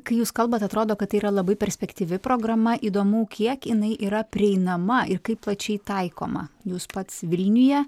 kai jūs kalbat atrodo kad tai yra labai perspektyvi programa įdomu kiek jinai yra prieinama ir kaip plačiai taikoma jūs pats vilniuje